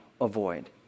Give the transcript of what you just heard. avoid